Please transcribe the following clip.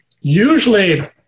Usually